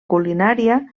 culinària